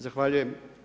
Zahvaljujem.